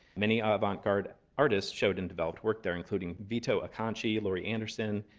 many ah avant garde artists showed and developed work there, including vito acconci, laurie anderson,